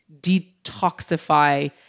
detoxify